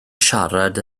siarad